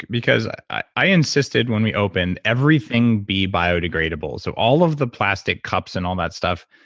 because i insisted when we opened everything be biodegradable. so all of the plastic cups and all that stuff,